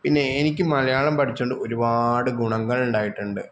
പിന്നെ എനിക്ക് മലയാളം പഠിച്ചത് കൊണ്ട് ഒരുപാട് ഗുണങ്ങള് ഉണ്ടായിട്ടുണ്ട്